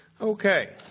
Okay